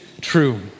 true